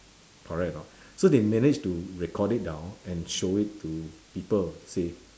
correct or not so they managed to record it down and show it to people see